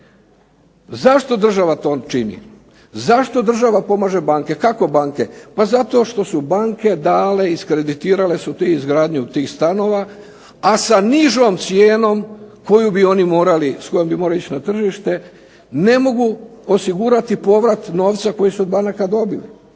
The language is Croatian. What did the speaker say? država to čini, zašto država pomaže banke, kako banke, zato što su banke dale, iskreditirale su izgradnju tih stanova, a sa nižom cijenom s kojom bi morali ići na tržište, ne mogu osigurati povrat novca koji su od banaka dobili,